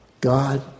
God